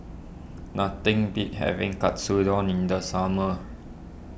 nothing beats having Katsudon in the summer